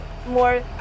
more